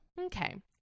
Okay